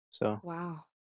Wow